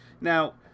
Now